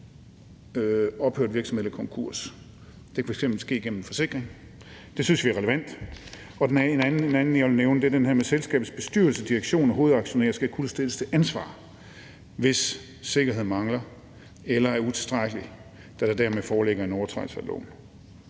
ophørt virksomhed eller konkurs. Det kan f.eks. ske gennem forsikring. Det synes vi er relevant. En anden, jeg vil nævne, er det, at selskabets bestyrelse, direktion og hovedaktionær skal kunne stilles til ansvar, hvis sikkerheden mangler eller er utilstrækkelig, da der dermed foreligger en overtrædelse af loven.